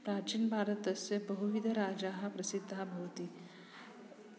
प्राचीने भारतस्य बहुविधराजाः प्रसिद्धाः भवन्ति